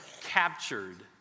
captured